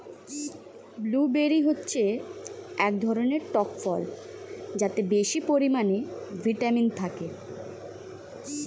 blueberry হচ্ছে এক ধরনের টক ফল যাতে বেশি পরিমাণে ভিটামিন থাকে